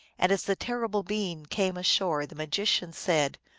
and, as the terrible being came ashore, the magician said,